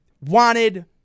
wanted